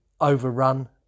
overrun